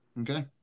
okay